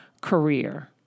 career